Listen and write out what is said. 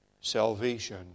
salvation